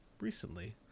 recently